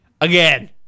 again